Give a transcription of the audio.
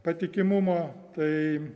patikimumo tai